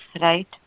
right